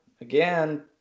again